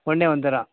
உடனே வந்துடுறோம்